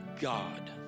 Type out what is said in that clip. God